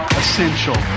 essential